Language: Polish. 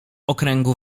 okręgu